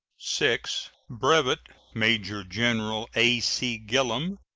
six. brevet major-general a c. gillem,